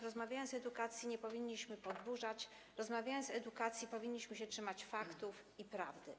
Rozmawiając o edukacji, nie powinniśmy podburzać, rozmawiając o edukacji powinniśmy się trzymać faktów i prawdy.